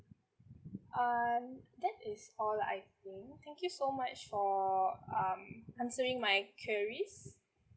uh that is all lah I think thank you so much for um answering my queries